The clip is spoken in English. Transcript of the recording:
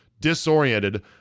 disoriented